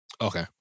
Okay